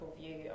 view